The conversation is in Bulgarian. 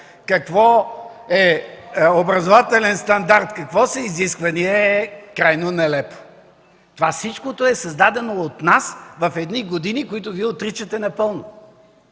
какво е образователен стандарт и какво са изисквания е крайно нелепо! Всичко това е създадено от нас в едни години, които Вие отричате напълно.